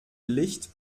licht